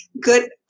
good